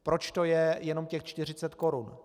Proč to je jenom těch 40 korun?